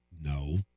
No